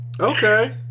Okay